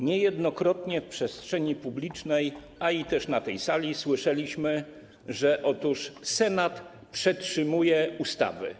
Niejednokrotnie w przestrzeni publicznej, a i na tej sali, słyszeliśmy, że Senat przetrzymuje ustawy.